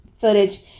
footage